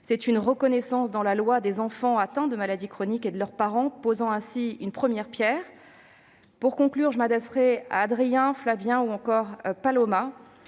Cette reconnaissance législative des enfants atteints d'une maladie chronique et de leurs parents constitue une première pierre. Pour conclure, je m'adresserai à Adrien, Flavien ou Paloma